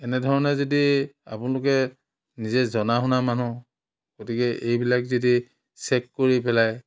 এনেধৰণে যদি আপোনলোকে নিজে জনা শুনা মানুহ গতিকে এইবিলাক যদি চেক কৰি পেলাই